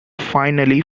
finally